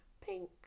pink